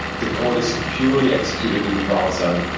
the code is purely executed in the browser.